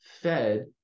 fed